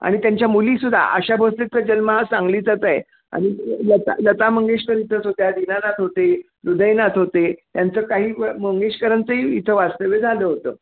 आणि त्यांच्या मुलीसुद्धा आशा भोसलेचा जन्म हा सांगलीचाच आहे आणि लता लता मंगेशकर इथंच होत्या दिनानाथ होते हृदयनाथ होते त्यांचं काही मंगेशकरांचंही इथं वास्तव्य झालं होतं